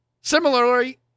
Similarly